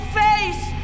face